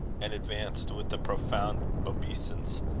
and advanced with a profound obeisance,